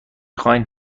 خواین